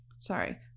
Sorry